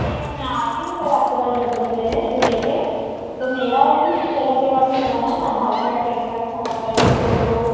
जी ma'am मैं आती हूँ कल आपके पास डॉकोमेंट लेने लेकर तो मेरा और मेरी सिस्टर का भी अकाउंट खुलवाना है मैं Aadhaar card PAN card Samagra I D photos